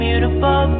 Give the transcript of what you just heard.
Beautiful